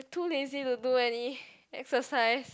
too lazy to do any exercise